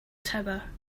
tower